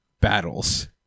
battles